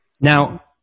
Now